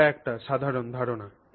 এটি একটি সাধারণ ধারণা